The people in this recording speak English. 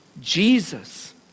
Jesus